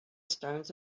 stones